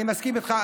אני מסכים איתך,